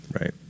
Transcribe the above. Right